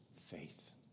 Faith